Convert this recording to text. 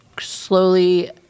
slowly